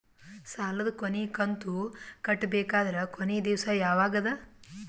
ಸಾಲದ ಕೊನಿ ಕಂತು ಕಟ್ಟಬೇಕಾದರ ಕೊನಿ ದಿವಸ ಯಾವಗದ?